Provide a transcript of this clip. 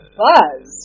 buzz